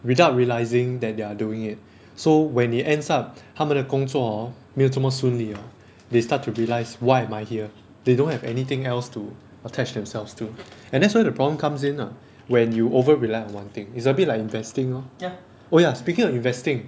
without realising that they're doing it so when it ends up 他们的工作 hor 没有这么顺利 hor they start to realise why am I here they don't have anything else to attach themselves to and that's why the problem comes in lah when you over rely on one thing it's a bit like investing lor oh ya speaking of investing